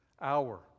hour